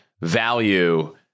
value